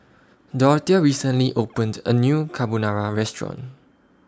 Dorthea recently opened A New Carbonara Restaurant